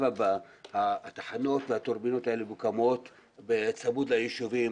התחנות והטורבינות האלה מוקמות בצמוד לישובים